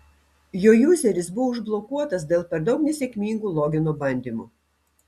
jo juzeris buvo užblokuotas dėl per daug nesėkmingų logino bandymų